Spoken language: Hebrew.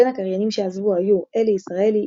בין הקריינים שעזבו היו אלי ישראלי,